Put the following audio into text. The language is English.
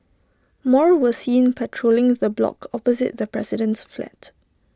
more were seen patrolling the block opposite the president's flat